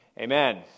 Amen